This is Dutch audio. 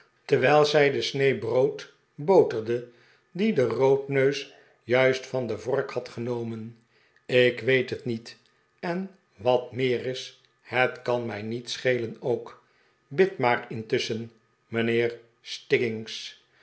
terwijl zij de snee brood boterde die de roodneus juist van de vork had genomen ik weet het niet en wat meer is het kan mij niet schelen ook bid maar intusschen mijnheer